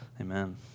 Amen